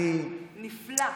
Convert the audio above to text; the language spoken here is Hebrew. נפלא.